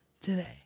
today